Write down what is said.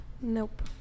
Nope